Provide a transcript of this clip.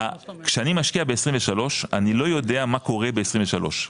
כשאני משקיע ב-2023 אני לא יודע מה קורה ב-2023,